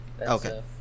okay